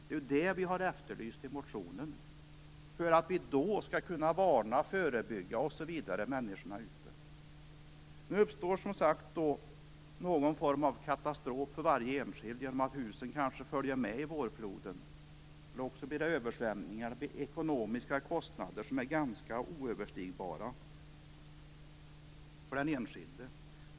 Det är ju det vi har efterlyst i motionen. Vi skulle kunna varna människorna ute i områdena och förebygga. Nu uppstår, som sagt, någon form av katastrof för varje enskild. Husen kanske följer med i vårfloden, eller också blir det översvämningar. Det blir oöverstigliga kostnader för den enskilde.